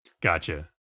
Gotcha